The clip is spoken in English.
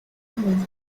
and